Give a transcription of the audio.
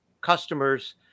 customers